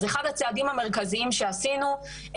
אז אחד הצעדים המרכזיים שעשינו,